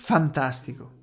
Fantastico